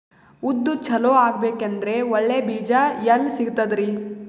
ಉದ್ದು ಚಲೋ ಆಗಬೇಕಂದ್ರೆ ಒಳ್ಳೆ ಬೀಜ ಎಲ್ ಸಿಗತದರೀ?